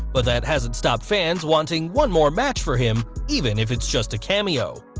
but that hasn't stopped fans wanting one more match for him, even if it's just a cameo.